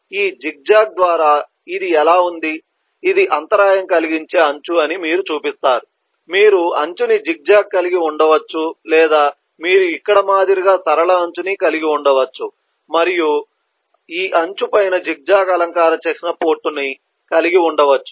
ఈ జిగ్జాగ్ ద్వారా ఇది ఎలా ఉంది ఇది అంతరాయం కలిగించే అంచు అని మీరు చూపిస్తారు మీరు అంచుని జిగ్జాగ్ కలిగి ఉండవచ్చు లేదా మీరు ఇక్కడ మాదిరిగా సరళ అంచుని కలిగి ఉండవచ్చు మరియు ఈ అంచు పైన జిగ్జాగ్ అలంకార చిహ్న పోర్టును కలిగి ఉండవచ్చు